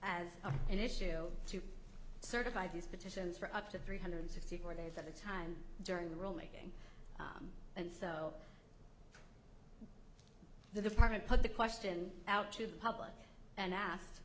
as an issue to certify these petitions for up to three hundred sixty four days at a time during the roll making and so the department put the question out to the public and asked